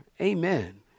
Amen